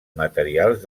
materials